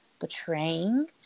betraying